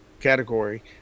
category